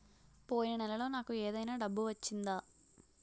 పోయిన నెలలో నాకు ఏదైనా డబ్బు వచ్చిందా?